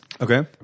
Okay